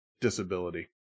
disability